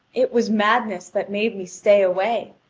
it was madness that made me stay away,